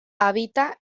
habita